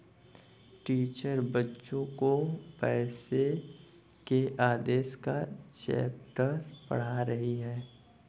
teacher बच्चो को पैसे के आदेश का चैप्टर पढ़ा रही हैं